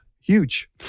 huge